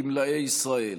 גמלאי ישראל.